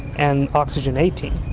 and oxygen eighteen.